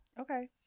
Okay